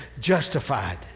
justified